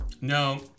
No